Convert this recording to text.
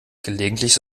gelegentlich